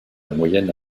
moyenne